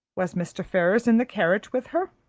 was mr. ferrars in the carriage with her?